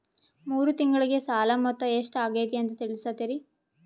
ಮೂರು ತಿಂಗಳಗೆ ಸಾಲ ಮೊತ್ತ ಎಷ್ಟು ಆಗೈತಿ ಅಂತ ತಿಳಸತಿರಿ?